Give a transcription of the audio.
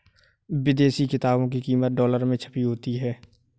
विदेशी किताबों की कीमत डॉलर में छपी होती है